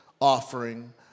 offering